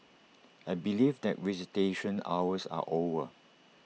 I believe that visitation hours are over